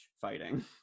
fighting